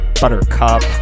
buttercup